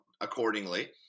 accordingly